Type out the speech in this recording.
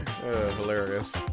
Hilarious